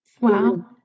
Wow